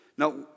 Now